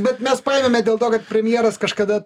bet mes paėmėme dėl to kad premjeras kažkada